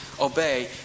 obey